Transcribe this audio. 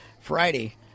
Friday